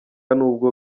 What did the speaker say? n’ubwo